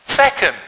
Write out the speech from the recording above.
Second